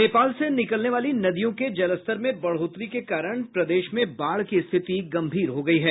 नेपाल से निकलने वाली नदियों के जलस्तर में बढ़ोतरी के कारण प्रदेश में बाढ़ की स्थिति गंभीर हो गयी है